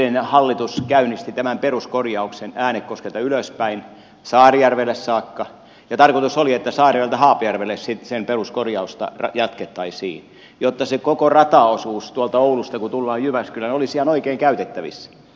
edellinen hallitus käynnisti tämän peruskorjauksen äänekoskelta ylöspäin saarijärvelle saakka ja tarkoitus oli että peruskorjausta sitten jatkettaisiin saarijärveltä haapajärvelle jotta se koko rataosuus kun tuolta oulusta tullaan jyväskylään olisi ihan oikein käytettävissä